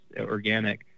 organic